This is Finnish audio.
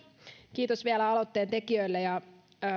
kiitos vielä aloitteen tekijöille ja